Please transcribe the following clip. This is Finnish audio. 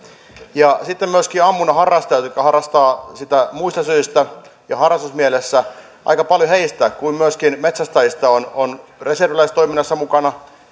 ja sitten aika paljon myöskin ammunnan harrastajista jotka harrastavat sitä muista syistä ja harrastusmielessä kuin myöskin metsästäjistä on on reserviläistoiminnassa mukana